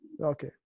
Okay